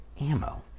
ammo